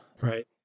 Right